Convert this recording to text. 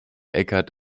eckhart